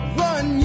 run